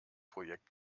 projekt